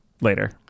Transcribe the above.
later